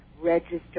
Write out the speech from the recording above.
register